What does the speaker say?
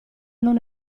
non